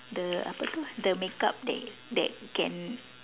the apa tu the makeup that that can